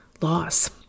loss